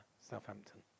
Southampton